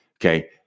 Okay